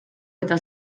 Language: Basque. eta